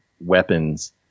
weapons